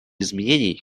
изменений